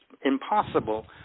impossible